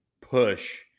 push